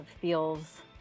feels